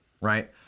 right